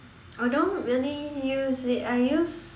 I don't really use it I use